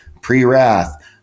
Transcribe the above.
pre-wrath